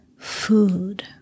food